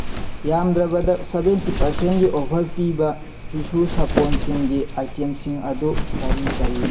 ꯌꯥꯝꯗ꯭ꯔꯕꯗ ꯁꯕꯦꯟꯇꯤ ꯄꯔꯁꯦꯟꯒꯤ ꯑꯣꯐꯔ ꯄꯤꯕ ꯐꯤꯁꯨ ꯁꯥꯄꯣꯟꯁꯤꯡꯒꯤ ꯑꯥꯏꯇꯦꯝꯁꯤꯡ ꯑꯗꯨ ꯀꯔꯤ ꯀꯔꯤꯅꯣ